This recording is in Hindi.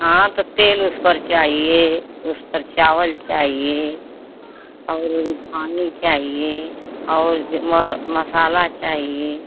हाँ तो तेल उस पर चाहिए उस पर चावल चाहिए और रिफाइन चाहिए और मसाला चाहिए